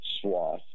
swath